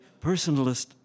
personalist